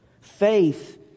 Faith